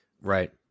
Right